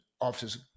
officers